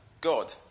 God